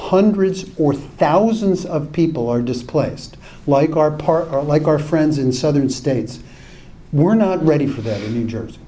hundreds or thousands of people are displaced like our part or like our friends in southern states we're not ready for this new jersey